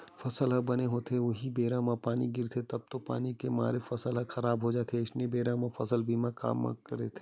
फसल ह बने होगे हे उहीं बेरा म पानी गिरगे तब तो पानी के मारे फसल ह खराब हो जाथे अइसन बेरा म फसल बीमा काम के रहिथे